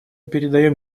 передаем